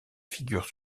figure